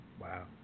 Wow